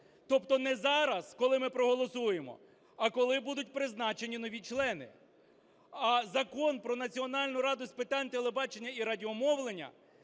Тобто не зараз, коли ми проголосуємо, а коли будуть призначені нові члени. А Закон "Про Національну раду з питань телебачення і радіомовлення"